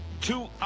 Two